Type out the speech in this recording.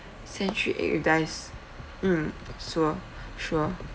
century egg with dice mm sure sure